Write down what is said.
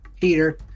Peter